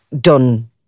done